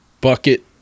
bucket